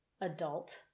adult